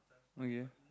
okay